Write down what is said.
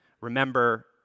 Remember